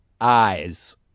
Eyes